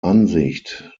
ansicht